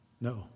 no